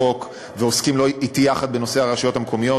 לחוק ועוסקים אתי יחד בנושא הרשויות המקומיות,